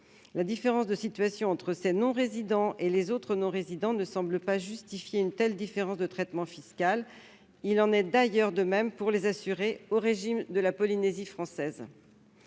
La différence de situation entre ces non-résidents et les autres non-résidents ne semble pas justifier une telle différence de traitement fiscal. Il en est d'ailleurs de même pour les assurés au régime de la Polynésie française.